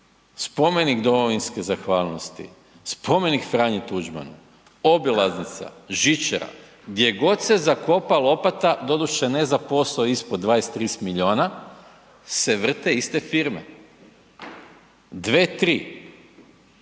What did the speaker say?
Spomenik domovinske zahvalnosti, Spomenik Franji Tuđmanu, obilaznica, žičara gdje god se zakopa lopata, doduše ne za posao ispod 20, 30 milijuna se vrte iste firme, dvije, tri,